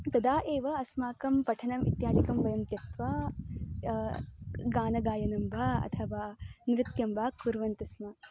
तदा एव अस्माकं पठनम् इत्यादिकं वयं त्यक्त्वा गानं गायनं वा अथवा नृत्यं वा कुर्वन्ति स्म